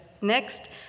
Next